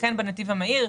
לכן בנתיב המהיר,